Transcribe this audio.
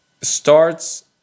starts